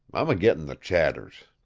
i'm a-gittin' the chatters!